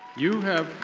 you have